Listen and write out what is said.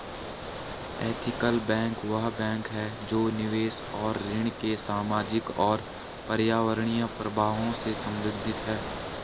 ethical bank वह bank है जो निवेश और ऋण के सामाजिक और पर्यावरणीय प्रभावों से संबंधित है